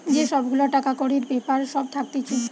যে সব গুলা টাকা কড়ির বেপার সব থাকতিছে